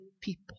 people